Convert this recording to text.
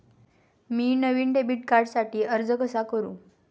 मी नवीन डेबिट कार्डसाठी अर्ज कसा करू?